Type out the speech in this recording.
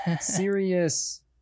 serious